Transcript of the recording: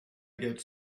get